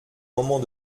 moments